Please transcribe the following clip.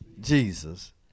jesus